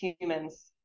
humans